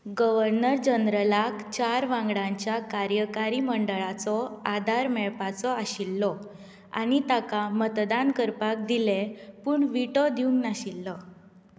governor जनरलाक चार वांगडांच्या कार्यकारी मंडळाचो आदार मेळपाचो आशिल्लो आनी ताका मतदान करपाक दिलें पूण व्हीटो दिवंक नाशिल्लो